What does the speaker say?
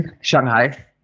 Shanghai